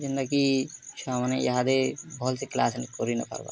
ଯେନ୍ତା କି ଛୁଆମାନେ ଈହାଦେ ଭଲ୍ସେ କ୍ଲାସ୍ କରି ନାଇ ପାର୍ବା